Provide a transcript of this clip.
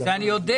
זה אני יודע.